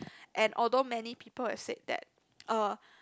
and although many people have said that uh